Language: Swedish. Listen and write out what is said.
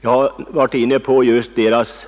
Jag har förut varit inne på deras